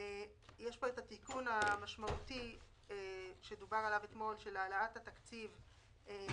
יש פה תיקון משמעותי, שדובר עליו אתמול, הגדלת